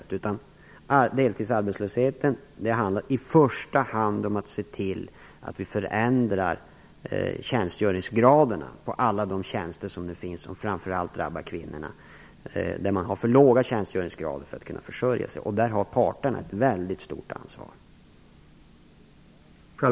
Att få ner deltidsarbetslösheten handlar i första hand om att se till att förändra tjänstgöringsgraderna på alla de tjänster som finns. Det drabbar framför allt kvinnorna när tjänstgöringsgraderna är för låga för att man skall kunna försörja sig. Där har parterna ett mycket stort ansvar.